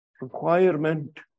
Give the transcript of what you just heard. requirement